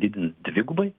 didins dvigubai